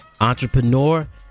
entrepreneur